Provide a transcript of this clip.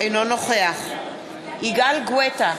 אינו נוכח יגאל גואטה,